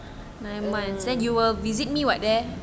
nine months